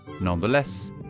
Nonetheless